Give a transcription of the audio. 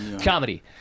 Comedy